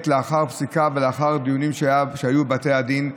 לאחר פסיקה ולאחר דיונים שהיו בבתי הדין.